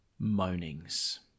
Moanings